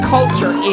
Culture